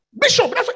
Bishop